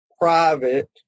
private